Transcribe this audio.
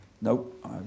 Nope